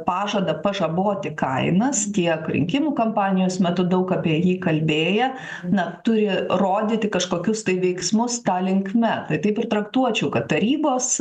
pažadą pažaboti kainas tiek rinkimų kampanijos metu daug apie jį kalbėję na turi rodyti kažkokius tai veiksmus ta linkme tai taip ir traktuočiau ka tarybos